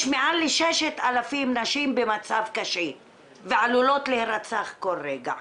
יש מעל 6,000 נשים במצב קשה ועלולות להירצח כל רגע,